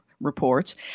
reports